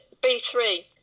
B3